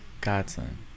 godson